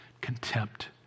Contempt